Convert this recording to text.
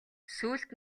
сүүлд